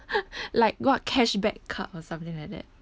like what cashback card or something like that